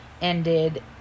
ended